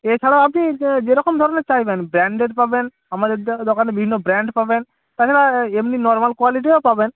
এছাড়া আপনি যে যেরকম ধরনের চাইবেন ব্র্যান্ডেড পাবেন আমাদের দোকানে বিভিন্ন ব্র্যান্ড পাবেন তাছাড়া এমনি নরমাল কোয়ালিটিও পাবেন